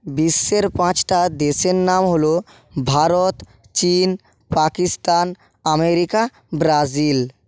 বিশ্বের পাঁচটা দেশের নাম হল ভারত চীন পাকিস্তান আমেরিকা ব্রাজিল